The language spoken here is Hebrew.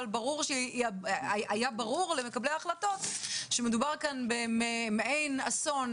אבל היה ברור למקבלי ההחלטות שמדובר כאן במעין אסון